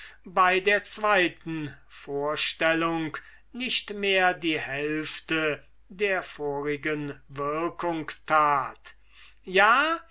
bei der zweiten vorstellung nicht mehr die hälfte der vorigen wirkung tat und